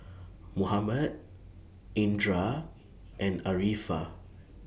Muhammad Indra and Arifa